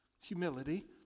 humility